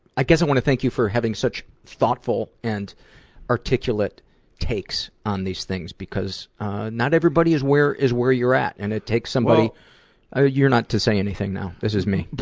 i guess i want to thank you for having such thoughtful and articulate takes on these things, because not everybody is where is where you're at, and it takes somebody ah you're not to say anything now. this is me.